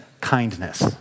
kindness